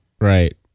Right